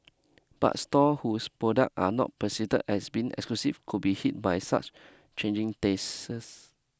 but store whose product are not perceived as being exclusive could be hit by such changing tastes